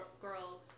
girl